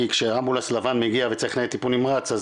כי כשאמבולנס לבן מגיע וצריך ניידת טיפול נמרץ,